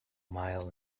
mile